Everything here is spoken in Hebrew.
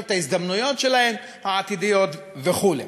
לשפר את ההזדמנויות העתידיות שלהם וכו'.